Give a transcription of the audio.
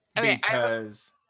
Because-